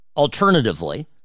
Alternatively